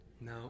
No